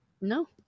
No